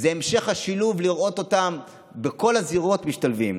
זה המשך השילוב, לראות אותם בכל הזירות משתלבים.